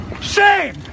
Shame